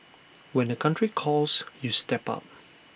when the country calls you step up